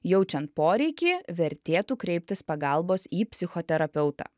jaučiant poreikį vertėtų kreiptis pagalbos į psichoterapeutą